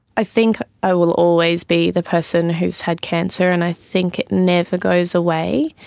i think i will always be the person who has had cancer and i think it never goes away.